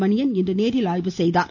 மணியன் இன்று நேரில் ஆய்வு செய்தார்